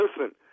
Listen